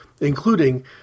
including